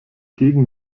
gegen